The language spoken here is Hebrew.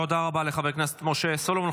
תודה רבה לחבר הכנסת משה סולומון.